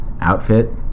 outfit